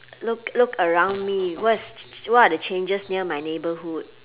look look around me what's what are the changes near my neighborhood